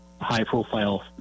high-profile